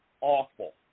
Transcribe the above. awful